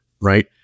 right